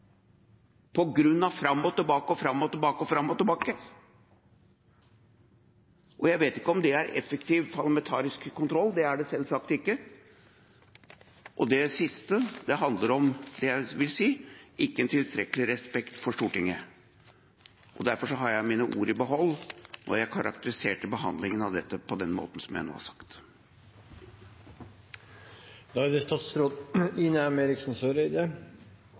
av fram og tilbake og fram og tilbake og fram og tilbake. Jeg vet ikke om det er effektiv parlamentarisk kontroll – det er det selvsagt ikke. Det siste handler om det jeg vil si er en ikke tilstrekkelig respekt for Stortinget. Derfor har jeg mine ord i behold når jeg karakteriserer behandlingen av dette på den måten som jeg nå har gjort. Jeg skal innrømme at jeg var noe i tvil om hvorvidt jeg som statsråd